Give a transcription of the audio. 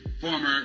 former